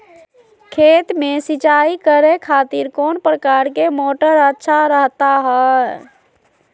खेत में सिंचाई करे खातिर कौन प्रकार के मोटर अच्छा रहता हय?